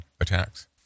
attacks